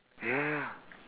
ya ya